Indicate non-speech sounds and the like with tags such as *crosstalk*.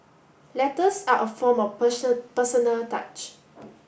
letters are a form of *unintelligible* personal touch